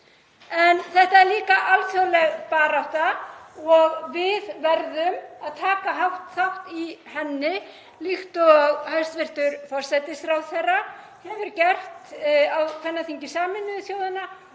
En þetta er líka alþjóðleg barátta og við verðum að taka þátt í henni líkt og hæstv. forsætisráðherra hefur gert á kvennaþingi Sameinuðu þjóðanna